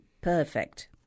perfect